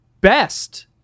best